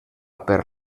per